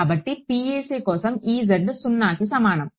కాబట్టి PEC కోసం 0కి సమానం